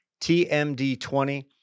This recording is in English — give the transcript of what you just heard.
TMD20